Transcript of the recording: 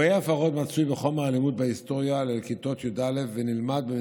אירועי הפרהוד מצויים בחומר הלימוד בהיסטוריה לכיתות י"א ונלמדים